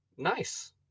nice